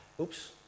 Oops